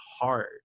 hard